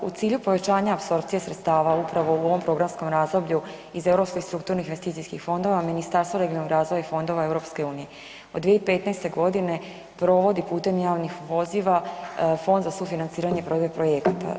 U cilju povećanja apsorpcije sredstava upravo u ovom programskom razdoblju iz europskih strukturnih investicijskih fondova, Ministarstvo regionalnog razvoja i fondova EU od 2015. godine. provodi putem javnih poziva Fond za sufinanciranje provedbe projekata.